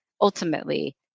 ultimately